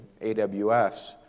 AWS